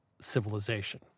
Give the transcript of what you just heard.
civilization